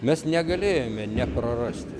mes negalėjome neprarasti